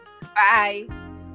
Bye